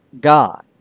God